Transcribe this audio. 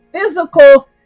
physical